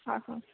ହଁ ହେଉ